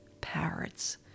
parrots